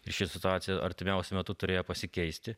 ir ši situacija artimiausiu metu turėjo pasikeisti